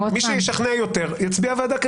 מי שישכנע יותר, יצביע בעד.